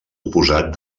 oposat